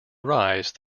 rise